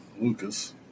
Lucas